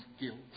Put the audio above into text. guilt